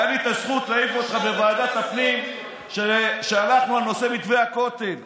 הייתה לי הזכות להעיף אותך בוועדת הפנים כשהלכנו על נושא מתווה הכותל.